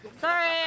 Sorry